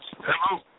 Hello